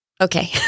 okay